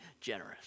generous